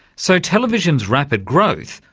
so television's rapid growth,